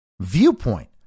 viewpoint